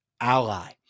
ally